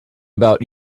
about